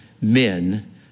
men